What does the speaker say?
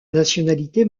nationalité